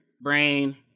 brain